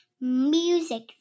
Music